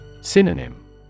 Synonym